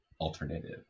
alternative